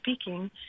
speaking